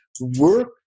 work